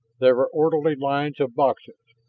there were orderly lines of boxes,